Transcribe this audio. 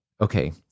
okay